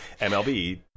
MLB